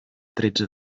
tretze